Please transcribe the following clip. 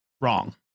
wrong